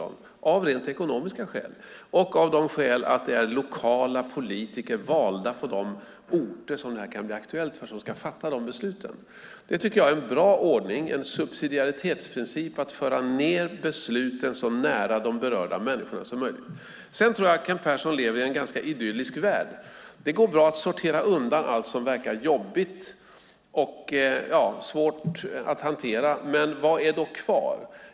Detta är av rent ekonomiska skäl och av det skälet att det är lokala politiker, valda på de orter där detta kan bli aktuellt, som ska fatta dessa beslut. Det tycker jag är en bra ordning. Det är en subsidiaritetsprincip att föra ned besluten så nära de berörda människorna som möjligt. Jag tror att Kent Persson lever i en ganska idyllisk värld. Det går bra att sortera undan allt som verkar jobbigt och svårt att hantera, men vad är då kvar?